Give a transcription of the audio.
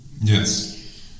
Yes